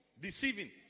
Deceiving